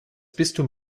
bistum